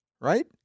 right